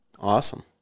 awesome